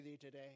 today